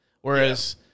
whereas